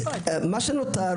מה שנותר,